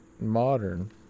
modern